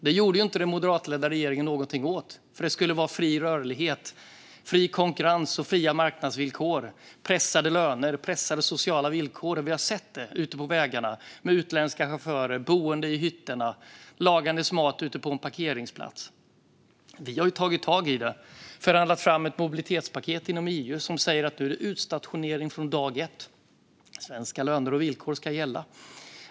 Det gjorde inte den moderatledda regeringen något åt eftersom det skulle vara fri rörlighet, fri konkurrens och fria marknadsvillkor, pressade löner och pressade sociala villkor. Vi har utefter vägarna sett utländska chaufförer bo i hytterna och laga mat ute på parkeringsplatserna. Vi har tagit tag i detta och förhandlat fram ett mobilitetspaket inom EU som säger att det är fråga om utstationering från dag ett och att svenska löner och villkor ska gälla.